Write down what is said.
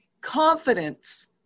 confidence